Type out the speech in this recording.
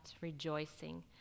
rejoicing